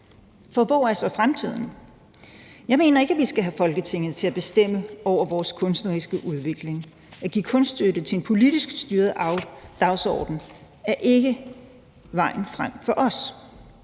For hvor er så fremtiden? Jeg mener ikke, at vi skal have Folketinget til at bestemme over vores kunstneriske udvikling. At give kunststøtte til en politisk styret dagsorden er ikke vejen frem for os.